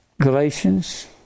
Galatians